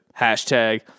Hashtag